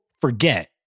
forget